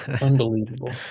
Unbelievable